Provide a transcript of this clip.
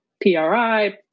PRI